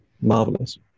marvelous